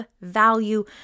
value